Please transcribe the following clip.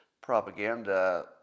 propaganda